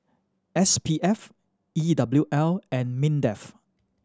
S P F E W L and MINDEF